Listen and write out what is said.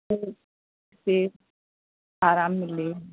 उसे आराम मिले